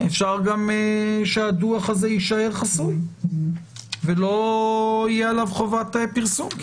אפשר גם שהדוח הזה יישאר חסוי ולא תהיה עליו חובת פרסום.